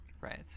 Right